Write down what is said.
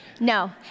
No